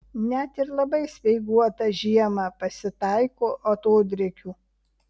net ir labai speiguotą žiemą pasitaiko atodrėkių